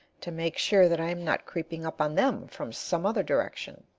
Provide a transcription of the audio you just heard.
to make sure that i am not creeping up on them from some other direction.